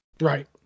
Right